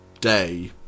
day